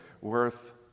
worth